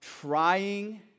trying